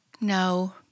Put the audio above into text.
No